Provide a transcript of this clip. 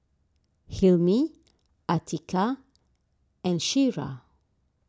Hilmi Atiqah and Syirah